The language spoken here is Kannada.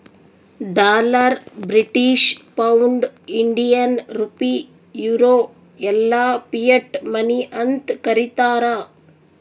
dollar, British pound, Indian rupee, euro ಎಲ್ಲಾ ಫಿಯಟ್ ಮನಿ ಅಂತ್ ಕರೀತಾರ